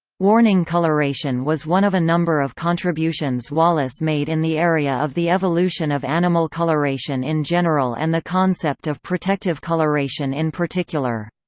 warning coloration was one of a number of contributions wallace made in the area of the evolution of animal coloration in general and the concept of protective coloration in particular.